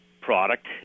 product